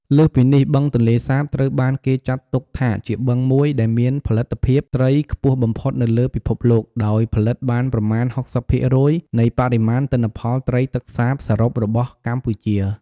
លើសពីនេះ បឹងទន្លេសាបត្រូវបានគេចាត់ទុកថាជាបឹងមួយដែលមានផលិតភាពត្រីខ្ពស់បំផុតនៅលើពិភពលោក ដោយផលិតបានប្រមាណ ៦០% នៃបរិមាណទិន្នផលត្រីទឹកសាបសរុបរបស់កម្ពុជា។